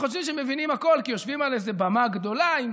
וחושבים שמבינים הכול כי יושבים על איזה במה גדולה עם